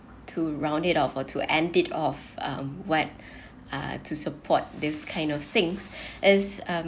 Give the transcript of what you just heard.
to round it off or to end it off um what uh to support this kind of things as um